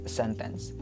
sentence